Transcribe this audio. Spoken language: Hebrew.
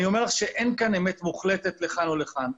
אני אומר לך שאין כאן אמת מוחלטת לכאן או לכאן.